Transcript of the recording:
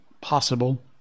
possible